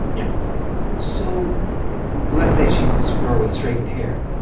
yeah so let's say she's a girl with straightened hair.